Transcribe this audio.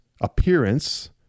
appearance